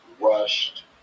rushed